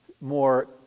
more